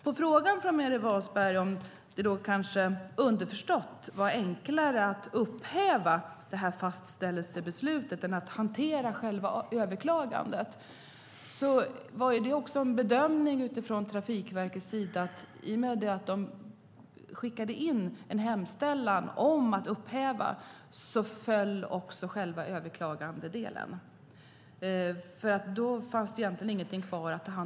Meeri Wasberg frågar om det kanske, underförstått, var enklare att upphäva fastställelsebesluten än att hantera själva överklagandet. Det var en bedömning från Trafikverkets sida att i och med att de skickade in en hemställan om att upphäva besluten föll själva överklagandedelen. Då fanns egentligen ingenting kvar att överklaga.